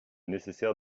nécessaire